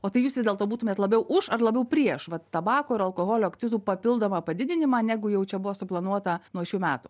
o tai jūs vis dėlto būtumėt labiau už ar labiau prieš vat tabako ir alkoholio akcizų papildomą padidinimą negu jau čia buvo suplanuota nuo šių metų